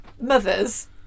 mothers